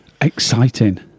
Exciting